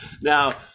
Now